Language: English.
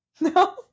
No